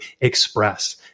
express